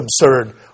absurd